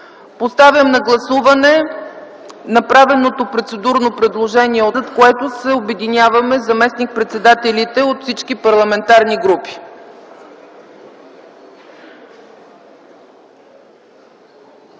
Поставям на гласуване направеното от мен процедурно предложение, зад което се обединяваме заместник-председателите от всички парламентарни групи.